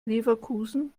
leverkusen